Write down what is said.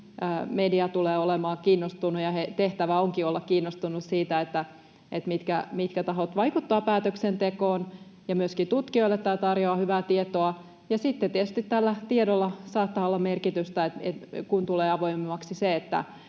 media tulee olemaan kiinnostunut, ja heidän tehtävänsä onkin olla kiinnostunut siitä, mitkä tahot vaikuttavat päätöksentekoon, ja myöskin tutkijoille tämä tarjoaa hyvää tietoa. Sitten tietysti tällä tiedolla saattaa olla merkitystä, kun tulee avoimemmaksi se, keitä